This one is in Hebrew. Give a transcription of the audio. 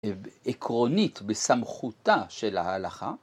‫עקרונית בסמכותה של ההלכה.